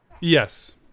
Yes